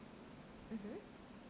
mmhmm